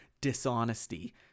dishonesty